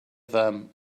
them